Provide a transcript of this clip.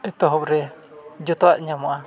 ᱮᱛᱚᱦᱚᱵ ᱨᱮ ᱡᱚᱛᱚᱣᱟᱜ ᱧᱟᱢᱚᱜᱼᱟ